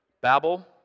Babel